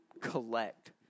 collect